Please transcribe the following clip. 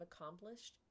accomplished